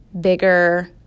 bigger